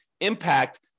impact